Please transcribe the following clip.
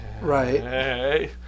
Right